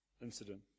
incident